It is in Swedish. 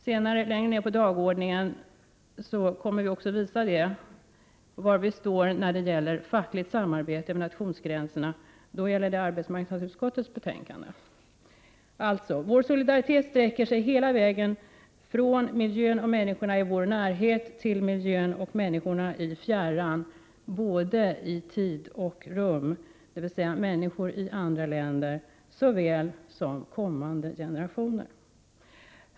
Senare i dag kommer vi ju att visa var vi står när det gäller fackligt samarbete över nationsgränserna; då gäller det arbetsmarknadsutskottets betänkande. Alltså: Vår solidaritet sträcker sig hela vägen från miljön och människorna i vår närhet till miljön och människorna i fjärran — i både tid och rum, dvs. beträffande såväl människor i andra länder som kommande generationer.